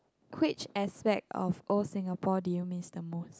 which asset of all Singapore do you miss the most